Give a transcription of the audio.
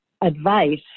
advice